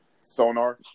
Sonar